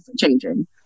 changing